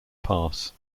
pass